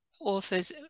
authors